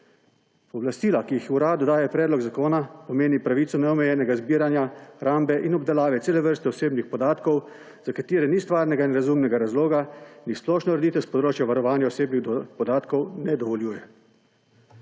Pooblastila, ki jih uradu daje predlog zakona, pomenijo pravico neomejenega zbiranja, hrambe in obdelave cele vrste osebnih podatkov, za katere ni stvarnega in razumnega razloga in jih splošna ureditev s področja varovanja osebnih podatkov ne dovoljuje.